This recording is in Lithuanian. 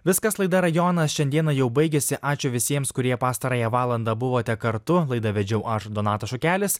viskas laida rajonas šiandieną jau baigėsi ačiū visiems kurie pastarąją valandą buvote kartu laidą vedžiau aš donatas šukelis